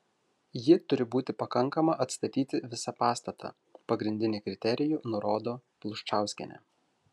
ji turi būti pakankama atstatyti visą pastatą pagrindinį kriterijų nurodo pluščauskienė